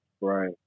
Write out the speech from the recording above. Right